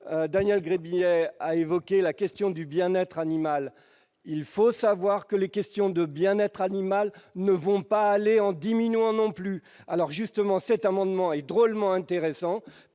Daniel Grébille a évoqué la question du bien-être animal, il faut savoir que les questions de bien-être animal ne vont pas aller en diminuant non plus alors justement, cet amendement est drôlement intéressant